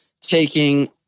taking